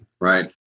right